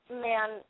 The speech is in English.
man